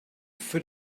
foot